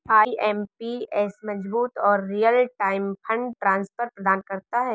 IMPS मजबूत और real time fund transfer प्रदान करता है